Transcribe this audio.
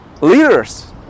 leaders